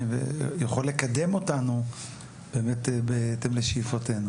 ויכול לקדם אותנו בהתאם לשאיפתנו.